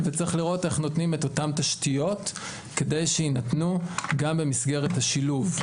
וצריך לראות איך נותנים את אותן תשתיות כדי שיינתנו גם במסגרת השילוב.